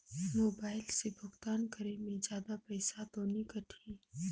Mobile से भुगतान करे मे जादा पईसा तो नि कटही?